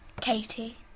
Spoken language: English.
Katie